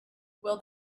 will